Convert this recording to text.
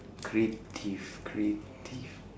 creative creative